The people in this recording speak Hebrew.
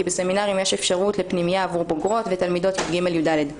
כי בסמינרים יש אפשרות לפנימייה עבור בוגרות ותלמידות י"ג-י"ד.